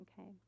Okay